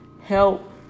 help